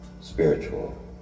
spiritual